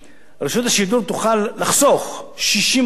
רשות השידור תוכל לחסוך 60 עובדים,